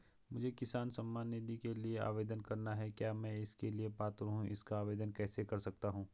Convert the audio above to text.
मुझे किसान सम्मान निधि के लिए आवेदन करना है क्या मैं इसके लिए पात्र हूँ इसका आवेदन कैसे कर सकता हूँ?